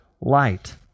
light